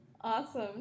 awesome